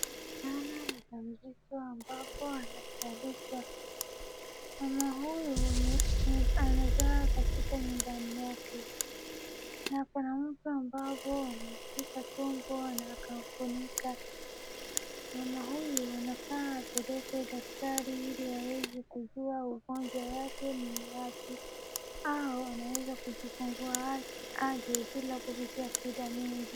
Mama mjamzito ambapo anazalishwa. Mama huyu anazaa katika nyumbani yake. Na kuna mtu ambavyo amemshika tumbo na akamfunika. Mama huyu anafaa apelekwe daktari ili aweze kujua ugonjwa yake ni wapi. Au anaweza kujifungua aje bila kupitia shida nyingi.